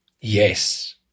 Yes